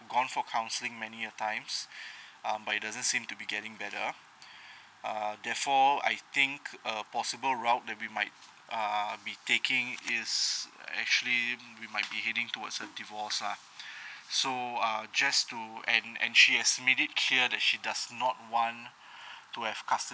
gone for counselling many of times um but it doesn't seem to be getting better err therefore I think a possible route that we might err be taking is actually we might be heading towards a divorce lah so err just to and and she has made it clear that she does not want to have custody